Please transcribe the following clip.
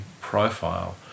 profile